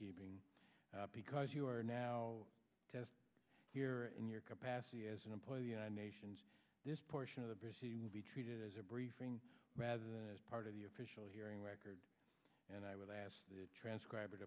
keeping because you are now here in your capacity as an employee of the united nations this portion of the would be treated as a briefing rather than as part of the official hearing record and i was asked to transcribe